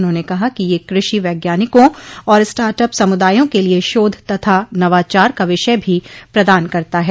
उन्होंने कहा कि यह कृषि वैज्ञानिकों और स्टार्टअप समुदायों के लिए शोध तथा नवाचार का विषय भी प्रदान करता है